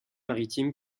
maritime